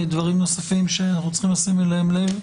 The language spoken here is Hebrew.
דברים נוספים שאנחנו צריכים לשים אליהם לב.